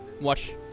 watch